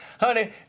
Honey